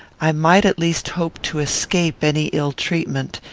i might at least hope to escape any ill treatment,